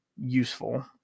useful